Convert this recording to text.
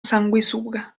sanguisuga